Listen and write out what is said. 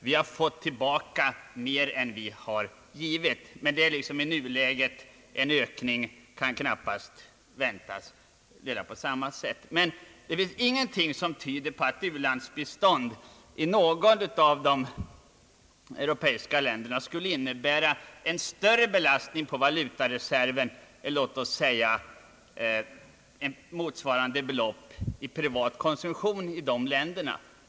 Vi har snarast fått tillbaka mer än vad vi har givit. Det finns ingenting som tyder på att ulandsbistånd i något av de europeiska länderna skulle innebära en större belastning på valutareserven än låt oss säga motsvarande belopp för privat konsumtion i dessa länder.